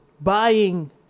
buying